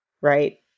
right